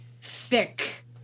thick